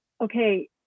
okay